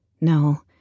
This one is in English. No